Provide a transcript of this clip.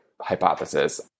hypothesis